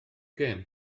gêm